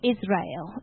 Israel